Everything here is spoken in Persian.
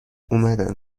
اومدن